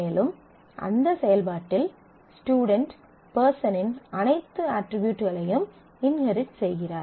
மேலும் அந்த செயல்பாட்டில் ஸ்டுடென்ட் பெர்சனின் அனைத்து அட்ரிபியூட்களையும் இன்ஹெரிட் செய்கிறார்